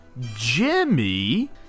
Jimmy